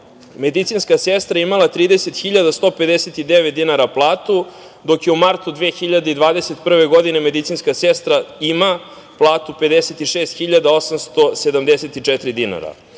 medicinska sestra je imala 30.159 dinara platu, dok u martu 2021. godine medicinska sestra ima platu 56.874 dinara.